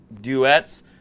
duets